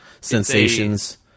sensations